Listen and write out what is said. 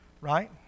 right